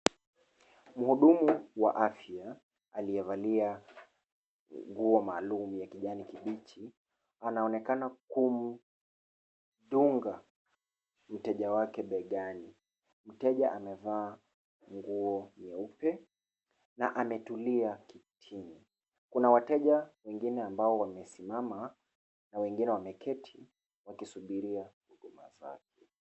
Mhudumu wa afya, aliye valia nguo maalum ya kijani kibichi anaonekana kumdunga mteja wake begani. Mteja amevaa nguo nyeupe na ametulia kitini. Kuna wateja ambao wamesimama na wengine wameketi wakisumbua huduma zake.